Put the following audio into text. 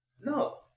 No